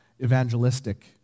evangelistic